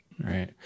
right